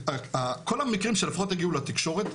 כל המקרים שלפחות הגיעו לתקשורת,